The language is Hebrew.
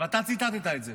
אתה ציטטת את זה.